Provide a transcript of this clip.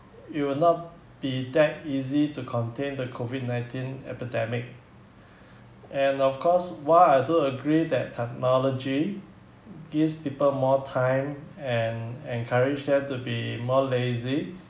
it will not be that easy to contain the COVID nineteen epidemic and of course while I don't agree that technology gives people more time and encourage them to be more lazy